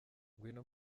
ngwino